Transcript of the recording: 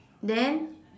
then